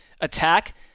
attack